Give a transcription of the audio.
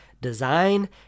design